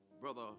Brother